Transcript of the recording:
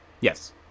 Yes